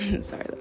sorry